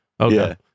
Okay